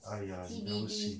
!aiya! you never say